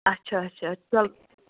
اَچھا اَچھا چلو